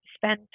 Spend